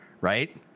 right